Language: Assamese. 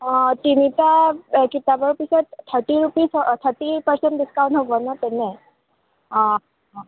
অঁ তিনিটা কিতাপৰ পিছত থাৰ্টি ৰুপিছ অঁ থাৰ্টি পাৰ্চেণ্ট ডিছকাউণ্ট হ'ব ন তেনে অঁ